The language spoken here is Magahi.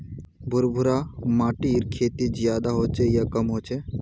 भुर भुरा माटिर खेती ज्यादा होचे या कम होचए?